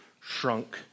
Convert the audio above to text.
shrunk